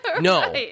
no